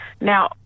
now